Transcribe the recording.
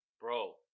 Bro